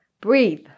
breathe